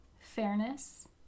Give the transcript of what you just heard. fairness